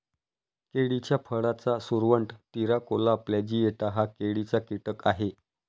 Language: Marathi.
केळीच्या फळाचा सुरवंट, तिराकोला प्लॅजिएटा हा केळीचा कीटक आहे